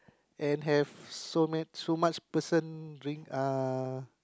and have so many so much person drink uh